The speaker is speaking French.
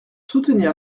soutenir